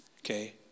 okay